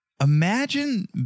Imagine